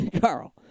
Carl